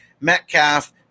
Metcalf